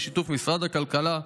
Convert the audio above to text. בשיתוף משרד הכלכלה,